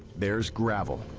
there's gravel.